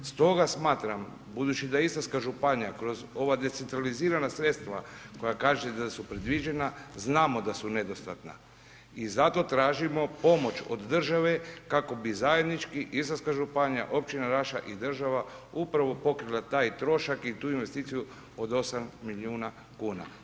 Stoga smatram budući da je Istarska županija kroz ova decentralizirana sredstva koja kažete da su predviđena, znamo da su nedostatna i zato tražimo pomoć od države kako bi zajednički Istarska županija, općina Raša i država upravo pokrila taj trošak i tu investiciju od 8 milijuna kuna.